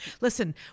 Listen